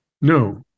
No